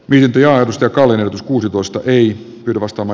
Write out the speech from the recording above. viljaa työkalujen kuusikosta ei rakastama